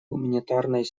гуманитарной